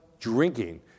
Drinking